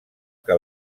que